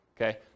okay